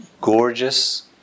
gorgeous